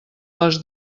les